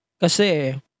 kasi